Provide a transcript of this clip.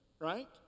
right